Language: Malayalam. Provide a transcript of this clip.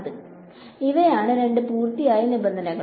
ഇവയാണ് രണ്ട് പൂർത്തിയായ നിബന്ധനകൾ